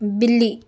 بلی